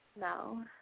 no